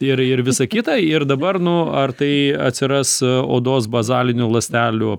ir ir visa kita ir dabar nu ar tai atsiras odos bazalinių ląstelių